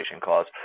cause